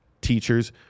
teachers